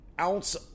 ounce